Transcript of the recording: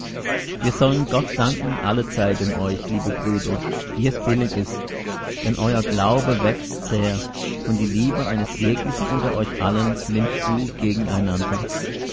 wir sollen gott danken allezeit um euch liebe brüder wie es billig ist denn euer glauben wächst sehr und die liebe eines jeglichen unter euch allen nimmt zu gegeneinander